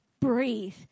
Breathe